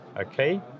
Okay